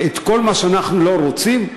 כל מה שאנחנו לא רוצים,